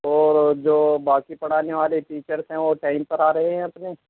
اور جو باقی پڑھانے والے ٹیچرس ہیں وہ ٹائم پر آ رہے ہیں اپنے